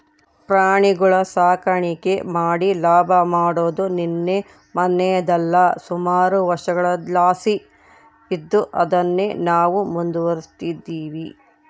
ಪ್ರಾಣಿಗುಳ ಸಾಕಾಣಿಕೆ ಮಾಡಿ ಲಾಭ ಮಾಡಾದು ನಿನ್ನೆ ಮನ್ನೆದಲ್ಲ, ಸುಮಾರು ವರ್ಷುದ್ಲಾಸಿ ಇದ್ದು ಅದುನ್ನೇ ನಾವು ಮುಂದುವರಿಸ್ತದಿವಿ